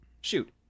shoot